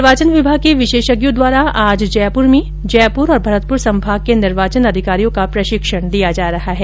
निर्वाचन विभाग के विशेषज्ञो द्वारा आज जयपुर में जयपुर और भरतपुर संभाग के निर्वाचन अधिकारियों को प्रशिक्षण दिया जा रहा है